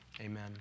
Amen